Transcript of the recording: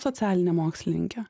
socialinę mokslininkę